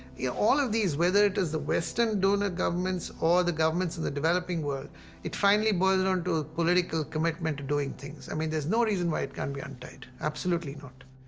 you know all of these, whether it is the western donor governments or the government's in the developing world it finally boils down to political commitment to doing things, i mean there's no reason why it can't be untied, absolutely not.